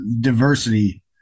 diversity